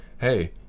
hey